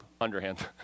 underhand